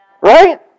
Right